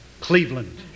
Cleveland